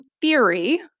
theory